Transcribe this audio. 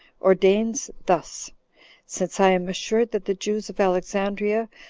ordains thus since i am assured that the jews of alexandria,